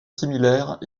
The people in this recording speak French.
similaires